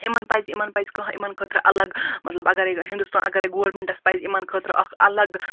یِمن پَزِ یِمن پَزِ کانٛہہ یِمن خٲطرٕ الگ مَطلَب اَگَرے ہِندُستان اَگَرے گورمِنٛٹَس پَزِ یِمَن خٲطرٕ اکھ اَلَگ